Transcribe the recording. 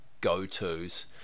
go-tos